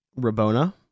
Rabona